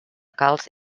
calç